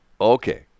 Okay